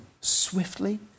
swiftly